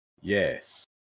Yes